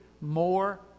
more